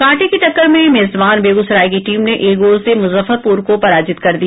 कांटे की टक्कर में मेजबान बेगूसराय की टीम ने एक गोल से मुजफ्फरपुर को पराजित कर दिया